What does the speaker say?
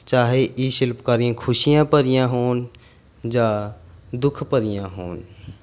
ਚਾਹੇ ਇਹ ਸ਼ਿਲਪਕਾਰੀਆਂ ਖੁਸ਼ੀਆਂ ਭਰੀਆਂ ਹੋਣ ਜਾਂ ਦੁੱਖ ਭਰੀਆਂ ਹੋਣ